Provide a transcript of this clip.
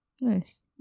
Nice